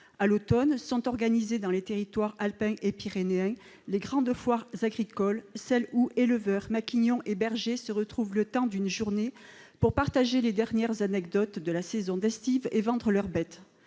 À l'automne, sont organisées dans les territoires alpins et pyrénéens les grandes foires agricoles, celles où éleveurs, maquignons et bergers se retrouvent le temps d'une journée pour partager les dernières anecdotes de la saison d'estive et vendre leurs bêtes.